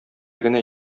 генә